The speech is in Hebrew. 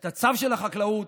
את הצו של החקלאות.